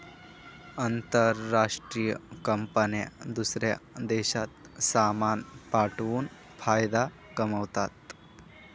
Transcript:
आंतरराष्ट्रीय कंपन्या दूसऱ्या देशात सामान पाठवून फायदा कमावतात